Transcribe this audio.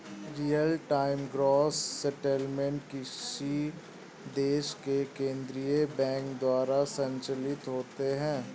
real time gross settlement किसी देश के केन्द्रीय बैंक द्वारा संचालित होते हैं